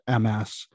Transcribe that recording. MS